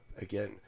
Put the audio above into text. again